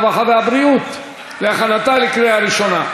הרווחה והבריאות להכנתה לקריאה ראשונה.